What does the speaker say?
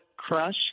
Crush